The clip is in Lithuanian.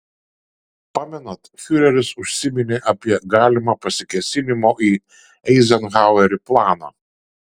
pamenat fiureris užsiminė apie galimą pasikėsinimo į eizenhauerį planą